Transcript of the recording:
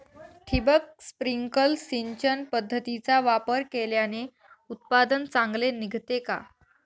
ठिबक, स्प्रिंकल सिंचन पद्धतीचा वापर केल्याने उत्पादन चांगले निघते का?